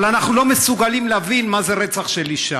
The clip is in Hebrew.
אבל אנחנו לא מסוגלים להבין מה זה רצח של אישה.